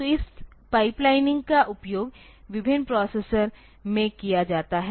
तो इस पाइपलाइनिंग का उपयोग विभिन्न प्रोसेसर में किया जाता है